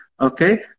Okay